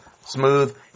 smooth